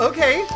Okay